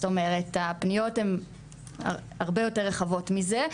הפניות הן הרבה יותר רחבות מזה.